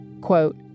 quote